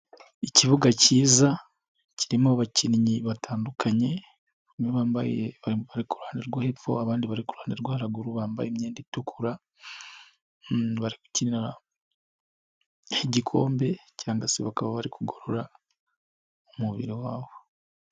Ikibuga cyiza kirimo abakinnyi batandukanye, bamwe bari kuruhande rwo hepfo abandi bari kuhande rwa ruguru bambaye imyenda itukura ,barigukinira igikombe cyangwa se bakaba bari kugorora umubiri wabo.